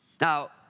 Now